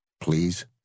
please